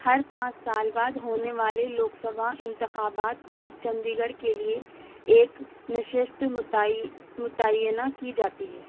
ہر پانچ سال بعد ہونے والے لوک سبھا انتخابات میں چندی گڑھ کے لیے ایک نشست متعی متعینہ کی جاتی ہے